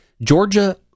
Georgia